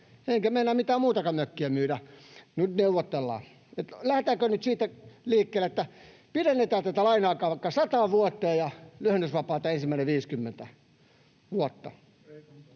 enkä meinaa mitään muutakaan, mökkiä, myydä — nyt neuvotellaan. Lähdetäänkö nyt siitä liikkeelle, että pidennetään tätä laina-aikaa vaikka sata vuotta ja lyhennysvapaata olisi ensimmäiset 50 vuotta?”